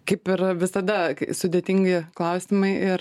kaip ir visada sudėtingi klausimai ir